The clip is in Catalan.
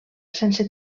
sense